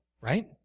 right